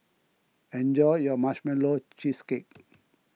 enjoy your Marshmallow Cheesecake